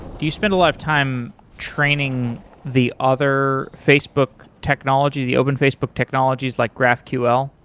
do you spend a lot of time training the other facebook technology, the open facebook technologies, like graphql?